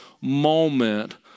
moment